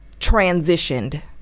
transitioned